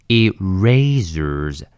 erasers